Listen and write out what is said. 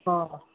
ਹਾਂ